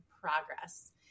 progress